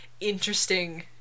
interesting